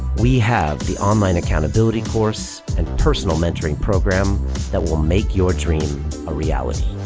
we have the online accountability course and personal mentoring programme that will make your dream a reality.